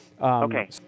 Okay